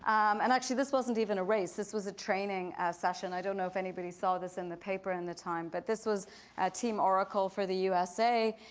um and actually, this wasn't even a race. this was a training session. i don't know if anybody saw this in the paper in the time, but this was team oracle for the usa.